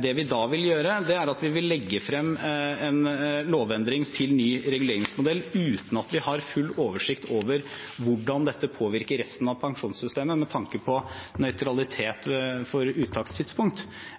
det vi da vil gjøre, er å legge frem en lovendring til ny reguleringsmodell, uten at vi har full oversikt over hvordan dette påvirker resten av pensjonssystemet med tanke på nøytralitet for uttakstidspunkt.